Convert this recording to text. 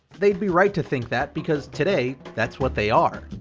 they'd be right to think that because today, that's what they are.